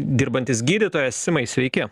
dirbantis gydytojas simai sveiki